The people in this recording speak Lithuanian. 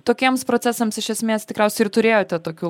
tokiems procesams iš esmės tikriausiai ir turėjote tokių